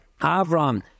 Avram